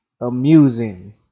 amusing